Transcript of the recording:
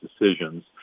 decisions